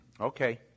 Okay